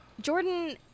Jordan